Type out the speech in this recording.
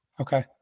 Okay